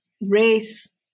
race